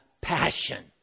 passion